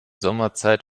sommerzeit